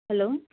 hello